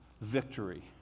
victory